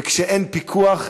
וכשאין פיקוח,